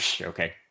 Okay